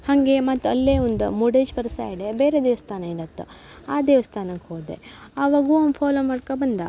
ಹಾಗೆ ಮತ್ತು ಅಲ್ಲೇ ಒಂದು ಮುರ್ಡೇಶ್ವರ ಸೈಡೇ ಬೇರೆ ದೇವಸ್ಥಾನ ಏನಿತ್ತು ಆ ದೇವ್ಸ್ಥಾನಕ್ಕೆ ಹೋದೆ ಆವಾಗೂ ಅವ್ನು ಫಾಲೋ ಮಾಡ್ಕೊ ಬಂದ